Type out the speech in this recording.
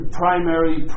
primary